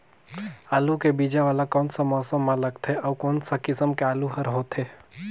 आलू के बीजा वाला कोन सा मौसम म लगथे अउ कोन सा किसम के आलू हर होथे?